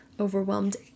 overwhelmed